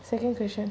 second question